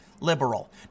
liberal